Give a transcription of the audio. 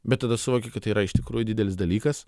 bet tada suvoki kad yra iš tikrųjų didelis dalykas